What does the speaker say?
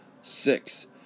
Six